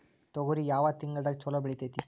ತೊಗರಿ ಯಾವ ತಿಂಗಳದಾಗ ಛಲೋ ಬೆಳಿತೈತಿ?